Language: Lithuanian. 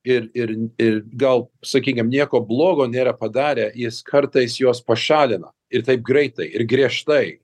ir ir ir gal sakykim nieko blogo nėra padarę jis kartais juos pašalina ir taip greitai ir griežtai